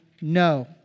no